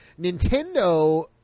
Nintendo